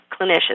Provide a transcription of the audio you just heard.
clinicians